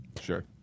Sure